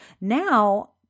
now